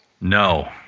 No